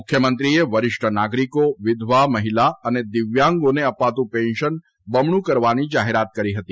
મુખ્યમંત્રીએ વરિષ્ઠ નાગરિકો વિધવા મહિલા અને દિવ્યાંગોને અપાતું પેન્શન બમણું કરવાની જાહેરાત કરી હતી